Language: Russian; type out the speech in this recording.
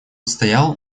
стоял